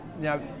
now